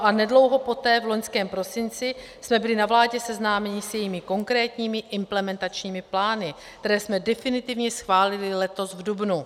A nedlouho poté v loňském prosinci jsme byli na vládě seznámeni s jejími konkrétními implementačními plány, které jsme definitivně schválili letos v dubnu.